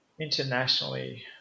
Internationally